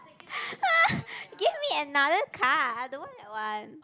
give me another card I don't want that one